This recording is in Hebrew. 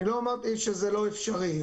לא אמרתי שזה לא אפשרי.